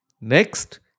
Next